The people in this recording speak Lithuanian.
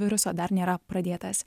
viruso dar nėra pradėtas